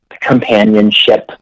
companionship